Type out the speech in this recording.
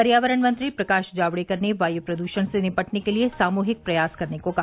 पर्यावरण मंत्री प्रकाश जावडेकर ने वायु प्रदूषण से निपटने के लिए सामूहिक प्रयास करने को कहा